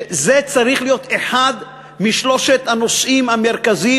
שזה צריך להיות אחד משלושת הנושאים המרכזיים